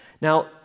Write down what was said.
Now